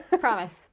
Promise